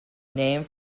name